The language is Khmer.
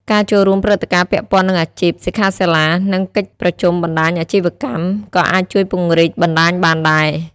ការចូលរួមព្រឹត្តិការណ៍ពាក់ព័ន្ធនឹងអាជីព សិក្ខាសាលា ឬកិច្ចប្រជុំបណ្ដាញអាជីវកម្ម ក៏អាចជួយពង្រីកបណ្ដាញបានដែរ។